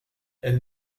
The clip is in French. elle